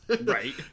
right